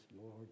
Lord